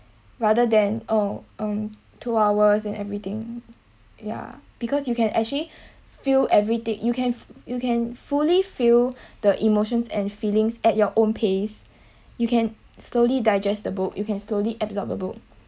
rather than oh um two hours and everything ya because you can actually feel everythi~ you can you can fully feel the emotions and feelings at your own pace you can slowly digest the book you can slowly absorb the book